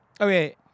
Okay